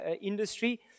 industry